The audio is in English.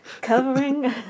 Covering